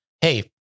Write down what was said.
hey